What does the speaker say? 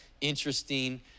interesting